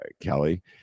Kelly